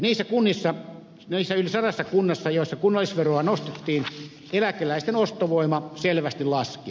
niissä yli sadassa kunnassa joissa kunnallisveroa nostettiin eläkeläisten ostovoima selvästi laski